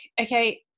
okay